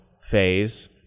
phase